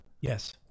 yes